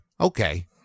Okay